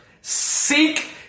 Seek